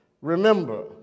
Remember